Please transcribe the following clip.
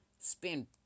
spend